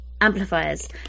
amplifiers